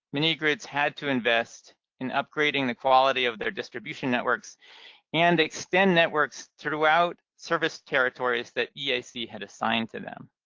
mini grids had to invest in upgrading the quality of their distribution networks and extend networks throughout service territories that yeah eac had assigned to them.